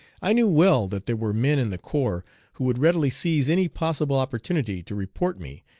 i knew well that there were men in the corps who would readily seize any possible opportunity to report me,